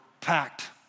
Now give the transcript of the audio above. packed